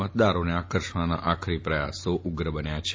મતદાતાઓને આકર્ષવાના આખરી પ્રથાસો વધુ ઉગ્ર બન્યા છે